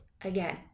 again